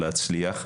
להצליח.